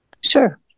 Sure